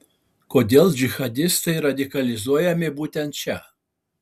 kodėl džihadistai radikalizuojami būtent čia